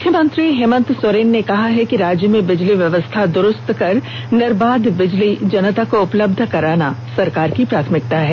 मुख्यमंत्री हेमंत सोरेन ने कहा है कि राज्य में बिजली व्यवस्था को दुरुस्त कर निर्बाध बिजली जनता को उपलब्ध कराना सरकार की प्राथमिकता है